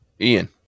Ian